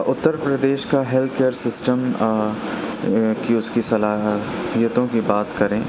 اترپردیش کا health care system کہ اس کی صلاحیتوں کی بات کریں